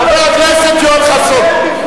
חבר הכנסת יואל חסון,